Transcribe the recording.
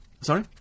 Sorry